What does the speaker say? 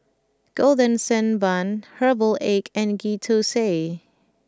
Golden Sand Bun Herbal Egg and Ghee Thosai